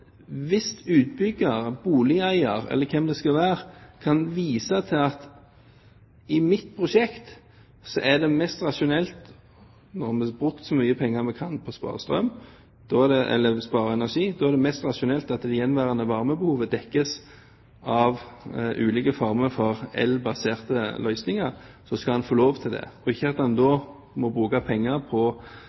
hvis en utbygger, boligeier eller hvem det skal være, kan vise til at i hans prosjekt er det mest rasjonelt, når han nå har brukt så mye penger han kan på å spare energi, at det gjenværende varmebehovet dekkes av ulike former for elbaserte løsninger, skal han få lov til det. Han skal ikke da bruker penger på